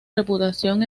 reputación